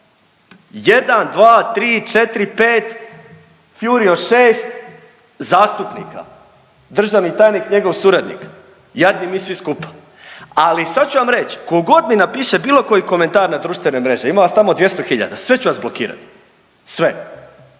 Jedan, dva, tri, četiri, pet, Fjurio šest zastupnika, državni tajnik i njegov suradnik, jadni mi svi skupa. Ali sad ću vam reć, ko god mi napiše bilo koji komentar na društvenoj mreži, ima vas tamo 200 hiljada, sve ću vas blokirat, sve.